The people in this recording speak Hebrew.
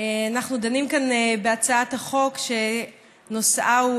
אנחנו דנים כאן בהצעת חוק שנושאה הוא